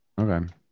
okay